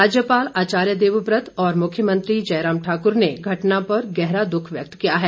राज्यपाल आचार्य देवव्रत और मुख्यमंत्री जयराम ठाकुर ने घटना पर गहरा दुख व्यक्त किया है